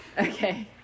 Okay